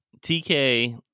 TK